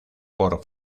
por